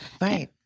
right